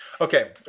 Okay